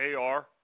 AR